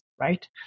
Right